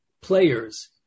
players